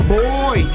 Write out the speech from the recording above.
boy